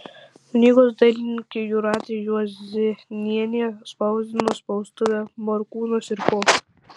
knygos dailininkė jūratė juozėnienė spausdino spaustuvė morkūnas ir ko